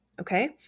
Okay